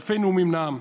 אלפי נאומים נאם,